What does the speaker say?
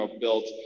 built-